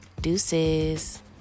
Deuces